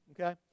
Okay